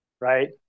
right